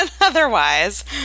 otherwise